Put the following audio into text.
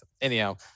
Anyhow